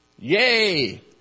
Yay